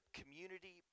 community